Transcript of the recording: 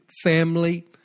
family